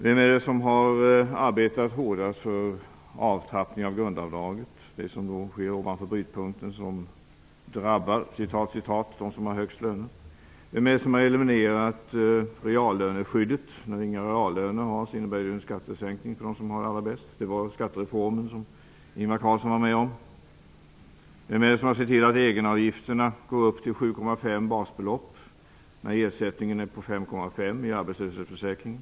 Vem är det som har arbetat hårdast för en nedtrappning av grundavdraget, det som sker ovanför brytpunkten som ''drabbar'' de som har högst löner? Vem är det som har eliminerat reallöneskyddet som innebär en skattesänkning för dem som har det allra bäst? Det skedde genom skattereformen som Ingvar Carlsson var med om. Vem är det som har sett till att egenavgifterna går upp till 7,5 basbelopp när ersättningen är på 5,5 i arbetslöshetsförsäkringen?